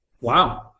Wow